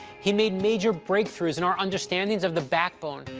he made major breakthroughs in our understandings of the backbone,